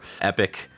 epic